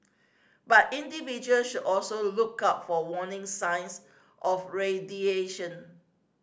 but individuals should also look out for warning signs of